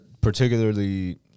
particularly